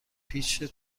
پیچ